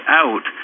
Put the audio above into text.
out